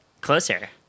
Closer